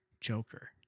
Joker